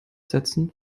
setzen